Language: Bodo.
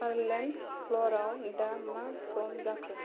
अरलेन्ड' फ्ल'राव दा मा सम जाखो